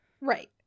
Right